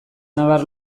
nabar